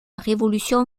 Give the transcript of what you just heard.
révolution